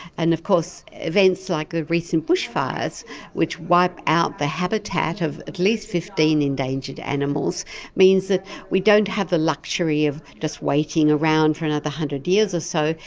and of course, events like the recent bushfires which wiped out the habitat of at least fifteen endangered animals means that we don't have the luxury of just waiting around for another one hundred years or so,